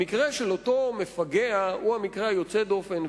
המקרה של אותו מפגע הוא המקרה היוצא דופן,